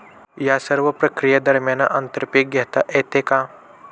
या सर्व प्रक्रिये दरम्यान आंतर पीक घेता येते का?